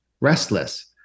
restless